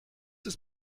ist